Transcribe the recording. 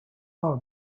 for